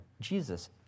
Jesus